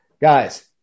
Guys